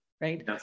right